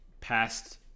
past